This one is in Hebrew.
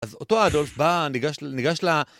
‫אז אותו אדולף בא, ניגש לה...